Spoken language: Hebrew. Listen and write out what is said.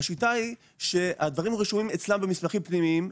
השיטה היא שהדברים רשומים אצלם במסמכים פנימיים,